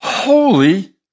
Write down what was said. Holy